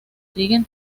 siguen